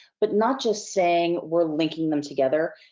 but not just saying we're linking them together,